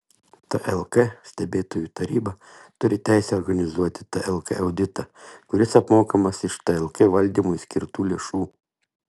tlk stebėtojų taryba turi teisę organizuoti tlk auditą kuris apmokamas iš tlk valdymui skirtų lėšų